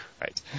Right